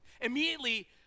Immediately